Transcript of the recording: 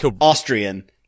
Austrian